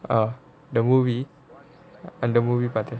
uh the movie and the movie budget